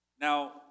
Now